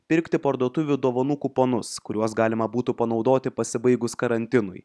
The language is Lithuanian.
pirkti parduotuvių dovanų kuponus kuriuos galima būtų panaudoti pasibaigus karantinui